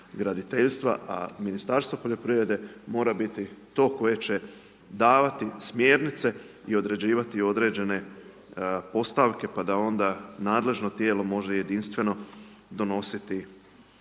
a Ministarstvo poljoprivrede mora biti to koje će davati smjernice i određivati određene postavke, pa da onda nadležno tijelo može jedinstveno donositi